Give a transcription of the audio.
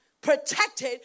protected